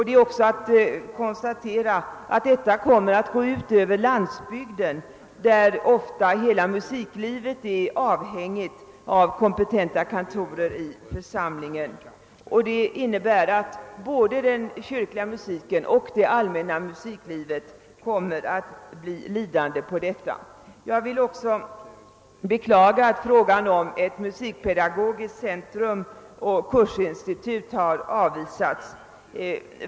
Det är också att konstatera att detta kommer att gå ut över landsbygden, där ofta hela musiklivet är avhängigt av en kompetent kantor i församlingen. Det innebär att både den kyrkliga musiken och det allmänna musiklivet kommer att bli lidande. Jag vill också beklaga att frågan om ett musikpedagogiskt centrum och kursinstitut har avvisats.